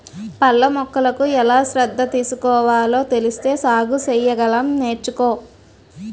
పళ్ళ మొక్కలకు ఎలా శ్రద్ధ తీసుకోవాలో తెలిస్తే సాగు సెయ్యగలం నేర్చుకో